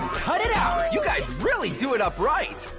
cut it out. you guys really do it up right.